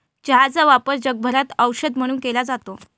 चहाचा वापर जगभरात औषध म्हणून केला जातो